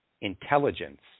intelligence